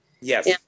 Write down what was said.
Yes